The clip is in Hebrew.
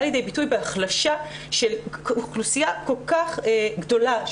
לידי ביטוי בהחלשה של אוכלוסייה כל כך גדולה,